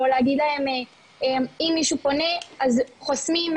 או להגיד להם אם מישהו פונה אז חוסמים,